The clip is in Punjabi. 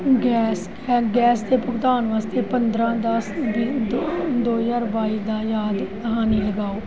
ਗੈਸ ਗੈਸ ਦੇ ਭੁਗਤਾਨ ਵਾਸਤੇ ਪੰਦਰ੍ਹਾਂ ਦਸ ਦੋ ਹਜ਼ਾਰ ਬਾਈ ਦਾ ਯਾਦ ਦਹਾਨੀ ਲਗਾਓ